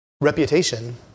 reputation